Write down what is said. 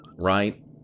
right